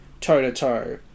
toe-to-toe